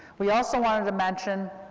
we also wanted to mention,